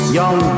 young